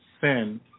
sin